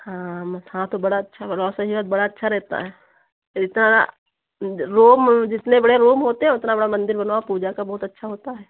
हाँ म हाँ तो बड़ा अच्छा बनवाओ सही बात है बड़ा अच्छा रहता है इतना बड़ा ज रोम जीतने बड़े रूम होते हैं उतना बड़ा मंदिर बनवाओ पूजा का बहुत अच्छा होता है